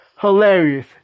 Hilarious